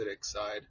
side